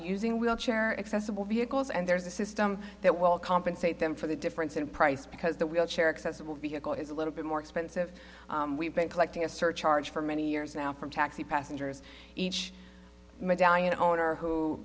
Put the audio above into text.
using wheelchair accessible vehicles and there's a system that will compensate them for the difference in price because the wheelchair accessible vehicle is a little bit more expensive we've been collecting a surcharge for many years now from taxi passengers each medallion owner who